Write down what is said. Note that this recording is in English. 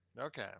Okay